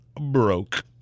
broke